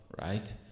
right